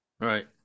Right